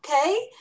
okay